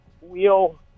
wheel